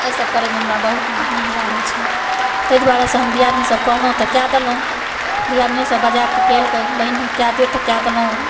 एहि सब करएमे हमरा बहुत नीक लागैत छै ताहि दुआरेसंँ हम दिआदनी सँ कहलहुँ तऽ कए देलहुँ दिआदिनिओ सब बजाए कऽ कहलकै बहिन कए दे तऽ कए देलहुँ